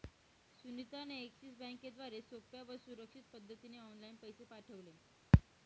सुनीता ने एक्सिस बँकेद्वारे सोप्या व सुरक्षित पद्धतीने ऑनलाइन पैसे पाठविले